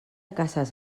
casas